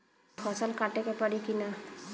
फसल काटे के परी कि न?